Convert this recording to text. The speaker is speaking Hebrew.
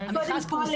קודם כול,